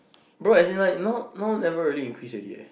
bro as in like now now never really increase already